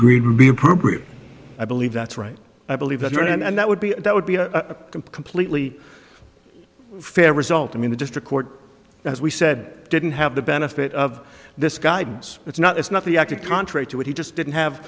agreed would be appropriate i believe that's right i believe that and that would be that would be a completely fair result i mean the district court as we said didn't have the benefit of this guidance it's not it's not the acted contrary to what he just didn't have